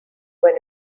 when